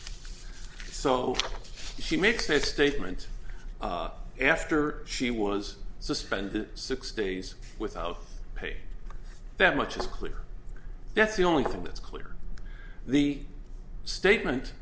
so she makes a statement after she was suspended six days without pay that much is clear that's the only thing that's clear the statement